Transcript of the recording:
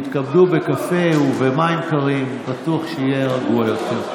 תתכבדו בקפה ובמים קרים בטוח שיהיה רגוע יותר,